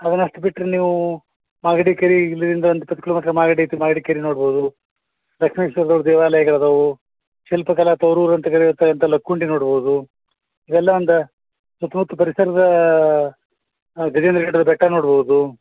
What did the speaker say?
ಅದನ್ನ ಅಷ್ಟು ಬಿಟ್ಟರೆ ನೀವು ಮಾಗಡಿ ಕೆರೆ ಇಲ್ಲಿದಿಂದ ಒಂದು ಇಪ್ಪತ್ತು ಕಿಲೋಮೀಟ್ರ್ ಮಾಗಡಿ ಐತಿ ಮಾಗಡಿ ಕೆರೆ ನೋಡ್ಬೋದು ಲಕ್ಷ್ಮೇಶ್ವರ ದೇವಾಲಯಗಳದವೆ ಶಿಲ್ಪಕಲಾ ತೌರೂರು ಅಂತ ಕರೀತಾ ಇದ್ದ ಲಕ್ಕುಂಡಿ ನೋಡ್ಬೋದು ಇವೆಲ್ಲ ಒಂದು ಸುತ್ತಮುತ್ತು ಪರಿಸರದ ಗಜೇಂದ್ರಗಢದ ಬೆಟ್ಟ ನೋಡ್ಬೋದು